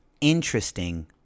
interesting